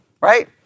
Right